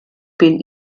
bin